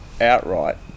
outright